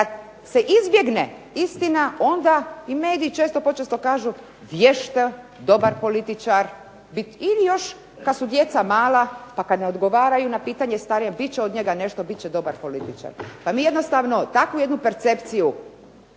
kad se izbjegne istina onda i mediji često, počesto kažu vješto dobar političar ili još kad su djeca mala pa kad odgovaraju na pitanje starijem bit će od njega nešto, bit će dobar političar. Pa mi jednostavno takvu jednu percepciju